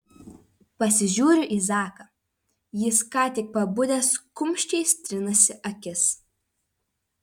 pasižiūriu į zaką jis ką tik pabudęs kumščiais trinasi akis